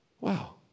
wow